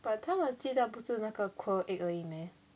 but 他们的鸡蛋不是那个 quail egg 而已 meh